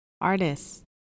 artists